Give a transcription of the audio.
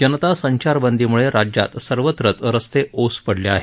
जनता संचारबंदीम्ळे राज्यात सर्वत्रच रस्ते ओस पडले आहेत